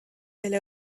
elle